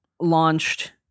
launched